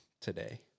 today